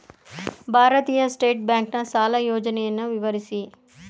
ಭಾರತೀಯ ಸ್ಟೇಟ್ ಬ್ಯಾಂಕಿನ ಸಾಲ ಯೋಜನೆಯನ್ನು ವಿವರಿಸಿ?